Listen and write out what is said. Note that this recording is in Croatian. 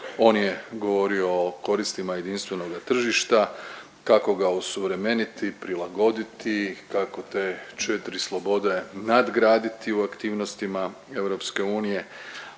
On je govorio o koristima jedinstvenoga tržišta. Kako ga osuvremeniti, prilagoditi, kako te 4 slobode nadgraditi u aktivnostima EU,